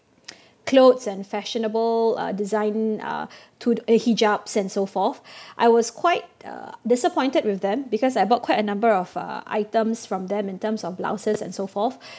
clothes and fashionable uh design uh to uh hijabs and so forth I was quite uh disappointed with them because I bought quite a number of uh items from them in terms of blouses and so forth